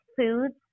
foods